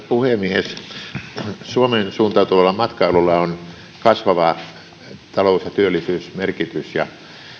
puhemies suomeen suuntautuvalla matkailulla on kasvava talous ja työllisyysmerkitys ja